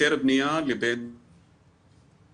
היתר בנייה לבין חיבור